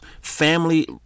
family